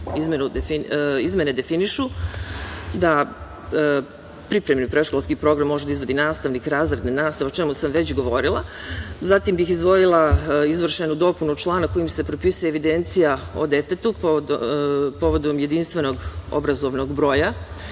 redu. Izmene definišu da pripremljen predškolski program može da izvodi nastavnik razredne nastave, o čemu sam već govorila. Zatim bih izdvojila izvršenu dopunu člana kojim se propisuje evidencija o detetu povodom jedinstvenog obrazovnog broja,